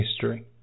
history